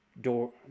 door